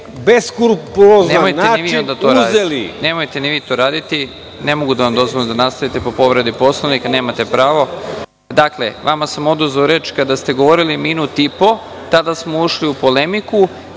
Stefanović** Nemojte ni vi to raditi. Ne mogu da vam dozvolim da nastavite po povredi Poslovnika, nemate pravo. Dakle, vama sam oduzeo reč kada ste govorili minut i po. Tada smo ušli u polemiku.